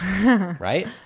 right